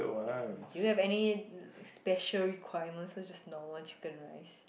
uh do you have any special requirements so it's just normal chicken rice